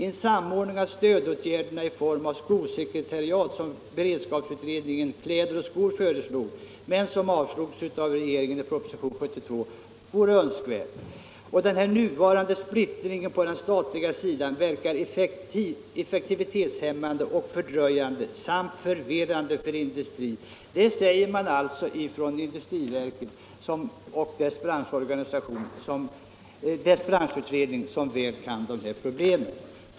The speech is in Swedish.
En samordning av stödåtgärderna i form av det skosekretariat som beredskapsutredningen "Kläder och skor” föreslog, men som sedan avslogs i propositionen 127:1972 vore önskvärd. Nuvarande splittring på den statliga sidan verkar effektivitetshämmande och fördröjande samt förvirrande Detta säger alltså industriverkets branschutredning, som väl kan de här problemen.